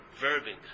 verbing